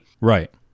Right